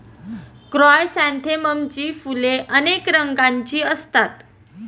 क्रायसॅन्थेममची फुले अनेक रंगांची असतात